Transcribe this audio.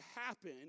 happen